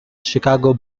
chicago